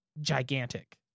gigantic